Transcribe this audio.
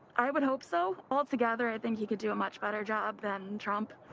i would hope so. all together i think you could do a much better job than trump.